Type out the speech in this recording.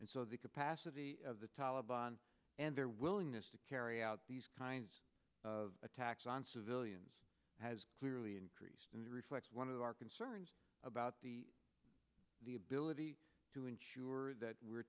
and so the capacity of the taleban and their willingness to carry out these kinds of attacks on civilians has clearly increased and it reflects one of our concerns about the the ability to ensure that we're